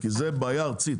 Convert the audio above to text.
כי זו בעיה ארצית,